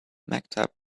maktub